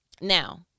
now